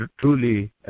truly